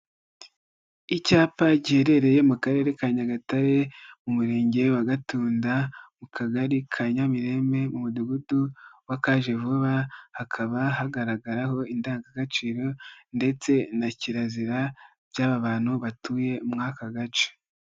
i Icyapa giherereye mu Karere ka Nyagatare, mu Murenge wa Gatunda, mu Kagari ka Nyamirembe, Umudugudu wa Kajevuba, hakaba hagaragaraho indangagaciro ndetse na kirazira by'aba bantu batuye muri aka gace.